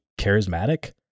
charismatic